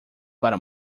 para